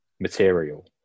material